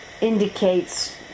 indicates